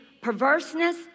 perverseness